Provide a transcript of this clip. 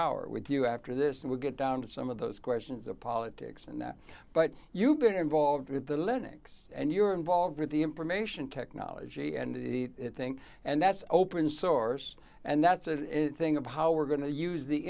hour with you after this and we'll get down to some of those questions of politics and that but you've been involved with the linux and you're involved with the information technology and think and that's open source and that's a thing of how we're going to use the